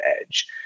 edge